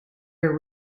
are